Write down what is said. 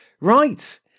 Right